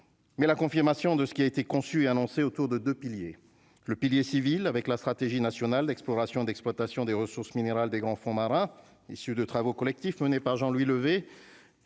mais la confirmation de ce qui a été conçu et annoncé autour de 2 piliers : le pilier civil avec la stratégie nationale d'exploration, d'exploitation des ressources minérales des grands fonds marins issus de travaux collectifs menée par Jean Louis lever